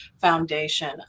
Foundation